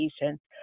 patients